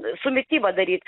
su mityba daryt